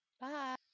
bye